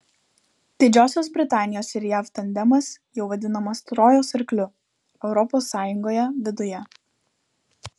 didžiosios britanijos ir jav tandemas jau vadinamas trojos arkliu europos sąjungoje viduje